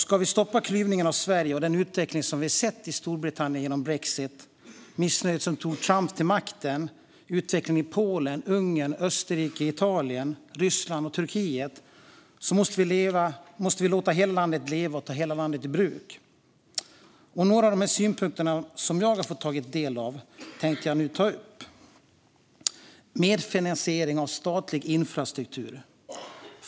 Ska vi stoppa klyvningen av Sverige - vi kan jämföra med den utveckling som vi har sett i Storbritannien genom brexit, missnöjet som tog Trump till makten och utvecklingen i Polen, Ungern, Österrike, Italien, Ryssland och Turkiet - måste vi låta hela landet leva och ta hela landet i bruk. Några av synpunkterna som jag fått ta del av tänker jag nu ta upp. Jag börjar med medfinansiering av statlig infrastruktur.